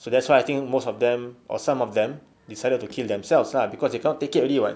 so that's why I think most of them or some of them decided to kill themselves lah cause they cannot take it already [what]